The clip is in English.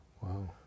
Wow